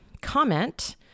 comment